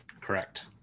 Correct